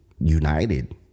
united